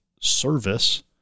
service